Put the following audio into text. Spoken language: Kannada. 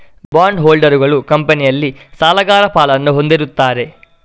ಬಾಂಡ್ ಹೋಲ್ಡರುಗಳು ಕಂಪನಿಯಲ್ಲಿ ಸಾಲಗಾರ ಪಾಲನ್ನು ಹೊಂದಿರುತ್ತಾರೆ